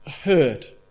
hurt